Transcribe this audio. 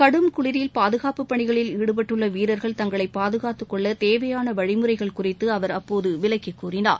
கடும் குளிரில் பாதுகாப்புப் பணிகளில் ஈடுபட்டுள்ள வீரர்கள் தங்களை பாதுகாத்துக் கொள்ள தேவையான வழிமுறைகள் குறித்து அவர் அப்போது விளக்கிக் கூறினார்